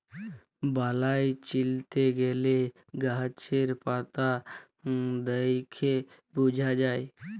বালাই চিলতে গ্যালে গাহাচের পাতা দ্যাইখে বুঝা যায়